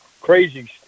crazy